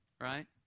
right